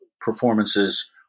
performances